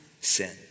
sin